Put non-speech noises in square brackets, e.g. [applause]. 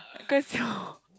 because [breath]